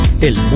el